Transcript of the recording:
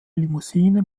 limousine